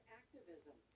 activism